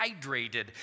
hydrated